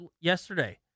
yesterday